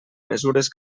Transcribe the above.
mesures